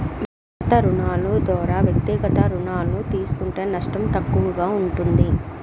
భద్రతా రుణాలు దోరా వ్యక్తిగత రుణాలు తీస్కుంటే నష్టం తక్కువగా ఉంటుంది